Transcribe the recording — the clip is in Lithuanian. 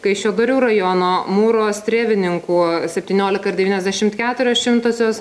kaišiadorių rajono mūro strėvininkų septyniolika ir devyniasdešimt keturios šimtosios